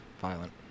Violent